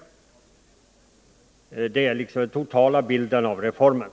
Det är den totala bilden av reformen.